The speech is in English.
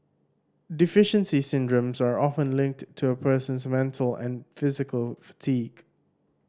deficiency syndromes are often linked to a person's mental and physical fatigue